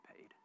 paid